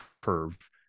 curve